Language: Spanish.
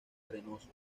arenosos